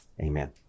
Amen